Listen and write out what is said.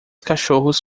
cachorros